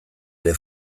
ere